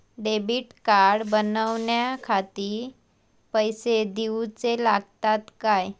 Debit card बनवण्याखाती पैसे दिऊचे लागतात काय?